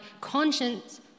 conscience